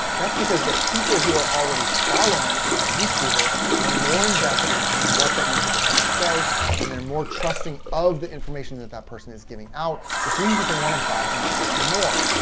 that's because the people who are already following that youtuber are more invested in what that youtuber has to say and they're more trusting of the information that that person is giving out. which that they want to buy from that person more.